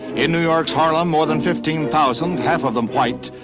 in new york's harlem, more than fifteen thousand, half of them white,